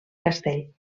castell